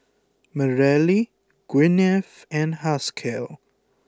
Mareli Gwyneth and Haskell